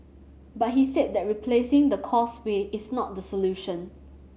but he said that replacing the Causeway is not the solution